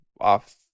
off